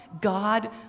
God